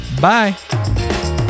Bye